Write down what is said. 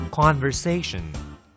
Conversation